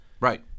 Right